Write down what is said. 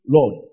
Lord